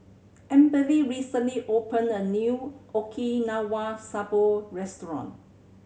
Amberly recently opened a new Okinawa Soba Restaurant